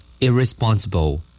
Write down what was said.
Irresponsible